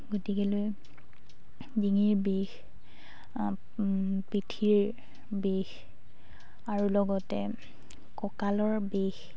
গতিকেলৈ ডিঙিৰ বিষ পিঠিৰ বিষ আৰু লগতে কঁকালৰ বিষ